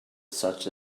such